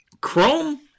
Chrome